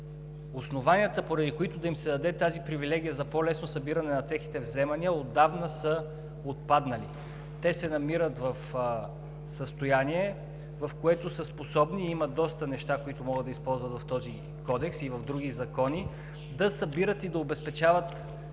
основанията, поради които да им се даде тази привилегия за по-лесно събиране на техните вземания, отдавна са отпаднали. Те се намират в състояние, в което са способни и има доста неща, които могат да използват в този кодекс и в други закони, да събират и да обезпечават